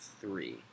three